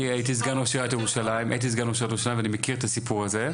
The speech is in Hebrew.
אני הייתי סגן ראש עיריית ירושלים ואני מכיר את הסיפור הזה.